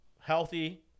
healthy